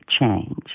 change